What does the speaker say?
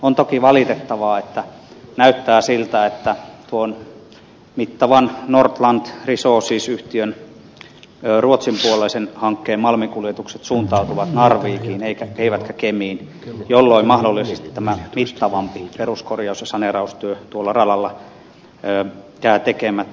on toki valitettavaa että näyttää siltä että tuon mittavan nordland resources yhtiön ruotsin puoleisen hankkeen malminkuljetukset suuntautuvat narvikiin eivätkä kemiin jolloin mahdollisesti tämä mittavampi peruskorjaus ja saneeraustyö tuolla radalla jää tekemättä